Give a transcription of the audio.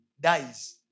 dies